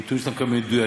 הנתונים שאתה מקבל מדויקים,